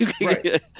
Right